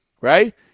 right